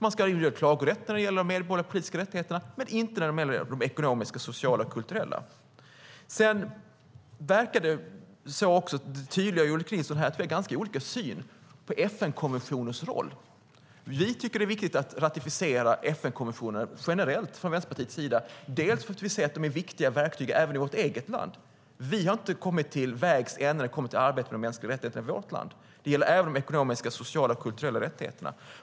Man ska klagorätt när det gäller de medborgerliga och politiska rättigheterna men inte när det gäller de ekonomiska, sociala och kulturella rättigheterna. Det tydliggjordes också här att vi har ganska olika syn på FN-konventioners roll. Vänsterpartiet tycker att det är viktigt att ratificera FN-konventioner, bland annat för att vi ser att de är viktiga verktyg även i vårt eget land. Vi har inte kommit till vägs ände vad gäller arbetet med de mänskliga rättigheterna i vårt land. Det gäller även de ekonomiska, sociala och kulturella rättigheterna.